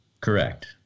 Correct